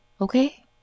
Okay